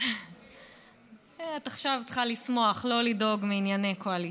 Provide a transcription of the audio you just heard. את עכשיו צריכה לשמוח, לא לדאוג מענייני קואליציה.